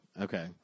okay